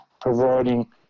providing